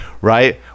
Right